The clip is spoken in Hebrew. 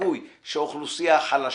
הסיכוי שאוכלוסייה חלשה